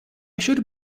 should